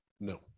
No